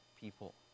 people